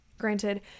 granted